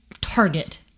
target